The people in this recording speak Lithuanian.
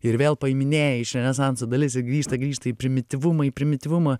ir vėl paiminėja renesanso dalis ir grįžta grįžta į primityvumą į primityvumą